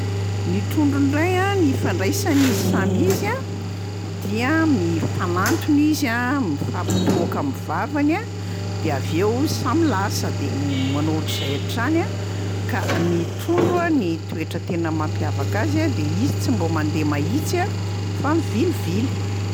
Ny trondro ndray a ny ifandraisan'izy samy izy a dia mifanantona izy a mifampitohaka amin'ny vavany a dia avy eo samy lasa de ne- manao ohatr'izay hatrany a; ka ny trondro a ny toetra tena mampiavaka azy a de izy tsy mbô mandeha mahitsy a fa mivilivily.